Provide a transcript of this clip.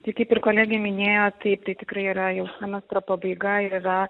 tai kaip ir kolegė minėjo taip tai tikrai yra jos semestro pabaiga ir yra